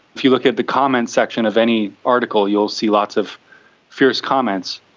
if you look at the comments section of any article you will see lots of fierce comments.